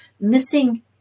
missing